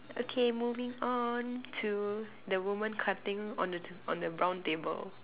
okay moving on to the woman cutting on the on the brown table